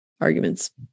arguments